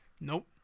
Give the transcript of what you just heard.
Nope